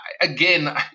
again